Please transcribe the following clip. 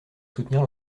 soutenir